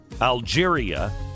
algeria